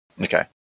Okay